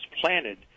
planted